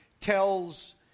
tells